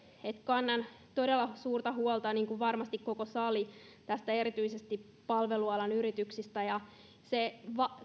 kannan todella suurta huolta niin kuin varmasti koko sali erityisesti palvelualan yrityksistä se